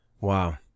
Wow